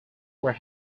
were